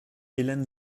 hélène